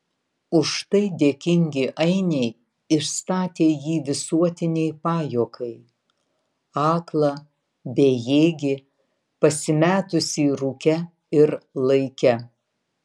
už tai dėkingi ainiai išstatė jį visuotinei pajuokai aklą bejėgį pasimetusį rūke ir laike